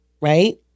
right